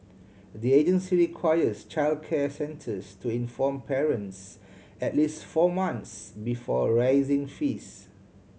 the agency requires childcare centres to inform parents at least four months before raising fees